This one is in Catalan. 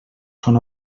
són